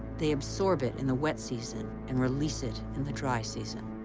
they absorb it in the wet season and release it in the dry season.